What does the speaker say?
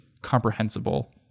comprehensible